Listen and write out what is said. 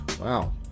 Wow